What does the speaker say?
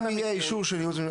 אם יהיה אישור של הייעוץ,